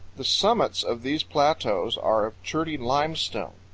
the summits of these plateaus are of cherty limestone.